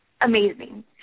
amazing